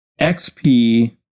XP